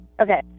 Okay